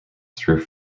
through